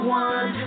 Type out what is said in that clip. one